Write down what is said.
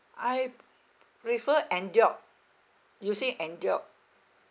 I prefer android using android